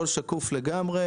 -- הכול שקוף לגמרי.